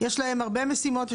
יש להם הרבה משימות,